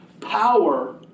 Power